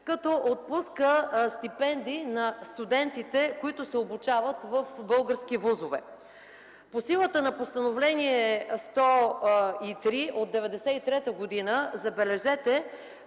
като отпуска стипендии на студентите, които се обучават в български ВУЗ-ове. По силата на Постановление № 103 от 1993 г., забележете,